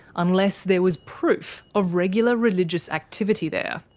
unless there was proof of regular religious activity there.